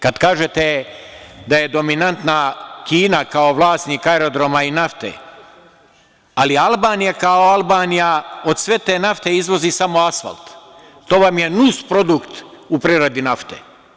Kad kažete da je dominantna Kina kao vlasnik aerodroma i nafte, ali Albanija kao Albanija, od sve te nafte izvozi samo asfalt, to vam je nus produkt u preradi nafte.